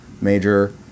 major